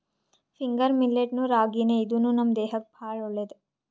finger millet ನು ರಾಗಿನೇ ಇದೂನು ನಮ್ ದೇಹಕ್ಕ್ ಭಾಳ್ ಒಳ್ಳೇದ್